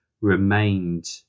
remained